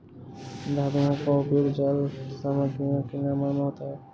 किन धातुओं का उपयोग जाल सामग्रियों के निर्माण में होता है?